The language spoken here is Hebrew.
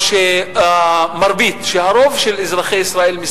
או רוב אזרחי ישראל,